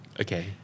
Okay